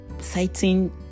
citing